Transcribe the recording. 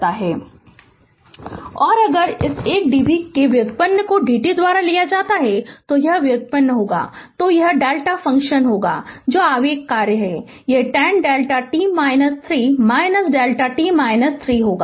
Refer Slide Time 2050 और अगर इस एक d v के व्युत्पन्न को d t द्वारा लिया जाता है तो यह व्युत्पन्न होगा तो यह Δ फ़ंक्शन होगा जो आवेग कार्य है यह 10 Δ t 3 Δ t - 6 होगा